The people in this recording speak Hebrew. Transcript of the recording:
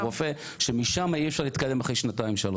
רופא שמשם אי אפשר להתקדם אחרי שנתיים-שלוש.